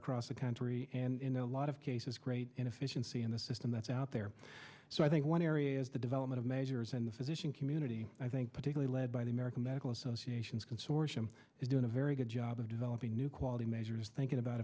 across the country and in a lot of cases great inefficiency in the system that's out there so i think one area is the development of measures in the physician community i think particularly led by the american medical association's consortium is doing a very good job of developing new quality measures thinking about